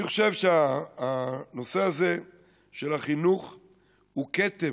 אני חושב שהנושא הזה של החינוך הוא כתם,